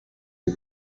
the